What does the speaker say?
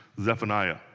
Zephaniah